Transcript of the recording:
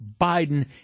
Biden